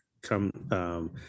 come